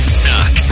suck